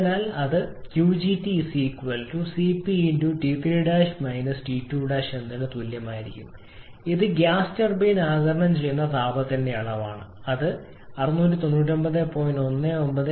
അതിനാൽ അത് ഇതിന് തുല്യമായിരിക്കും 𝑞𝐺𝑇 𝑐𝑝 𝑇3′ 𝑇2′ ഇത് ഗ്യാസ് ടർബൈൻ ആഗിരണം ചെയ്യുന്ന താപത്തിന്റെ അളവാണ് അത് ഇതായി വരും 699